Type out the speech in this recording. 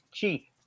chi